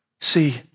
see